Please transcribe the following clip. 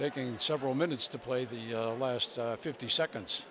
taking several minutes to play the last fifty seconds